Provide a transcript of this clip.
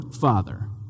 father